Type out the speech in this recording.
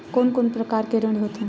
कोन कोन प्रकार के ऋण होथे?